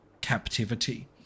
captivity